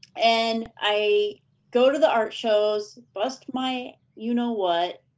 and i go to the art shows, bust my you know what,